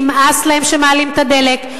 נמאס להן שמעלים את מחירי הדלק.